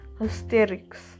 hysterics